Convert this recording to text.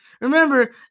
Remember